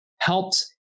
helped